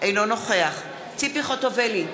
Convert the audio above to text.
אינו נוכח ציפי חוטובלי,